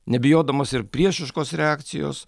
nebijodamas ir priešiškos reakcijos